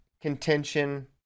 contention